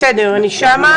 בסדר, אני שם.